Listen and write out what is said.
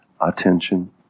attention